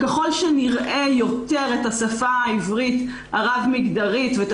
ככול שנראה יותר את השפה העברית הרב-מגדרית ואת